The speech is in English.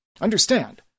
Understand